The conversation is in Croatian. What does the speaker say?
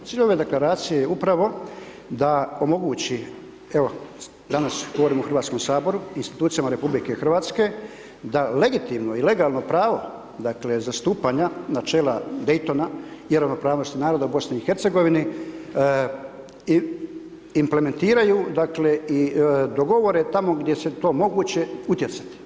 Cilj ove Deklaracije je upravo da omogući, evo danas govorimo o HS, Institucijama RH, da legitimno i legalno pravo, dakle, zastupanja načela Dejtona, je ravnopravnost naroda BiH implementiraju, dakle, i dogovore tamo gdje se to moguće utjecati.